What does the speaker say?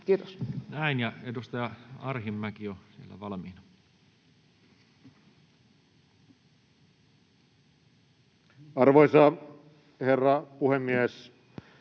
Kiitos. Näin. — Ja edustaja Arhinmäki on jo siellä valmiina. Arvoisa herra puhemies!